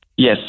Yes